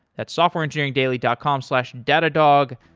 that's softwareengineeringdaily dot com slash datadog.